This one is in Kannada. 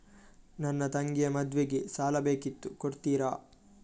ನನ್ನ ತಂಗಿಯ ಮದ್ವೆಗೆ ಸಾಲ ಬೇಕಿತ್ತು ಕೊಡ್ತೀರಾ?